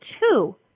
two